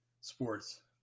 sports